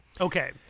Okay